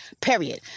period